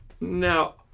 Now